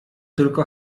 tylko